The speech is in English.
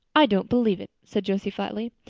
i don't believe it, said josie flatly.